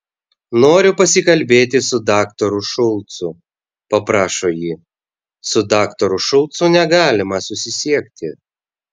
noriu pasikalbėti su daktaru šulcu paprašo ji su daktaru šulcu negalima susisiekti